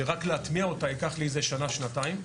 שרק להטמיע אותה ייקח לי איזו שנה שנתיים.